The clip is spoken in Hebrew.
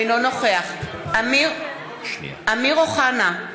אינו נוכח אמיר אוחנה,